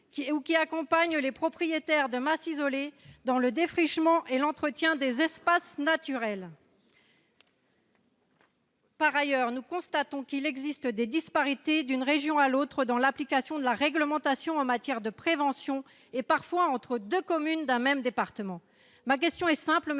ou qui accompagne les propriétaires de masse isolé dans le défrichement et l'entretien des espaces naturels. Par ailleurs, nous constatons qu'il existe des disparités d'une région à l'autre dans l'application de la réglementation en matière de prévention et parfois entre 2 communes d'un même département, ma question est simple, monsieur le Ministre,